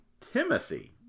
Timothy